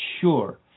sure